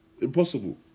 impossible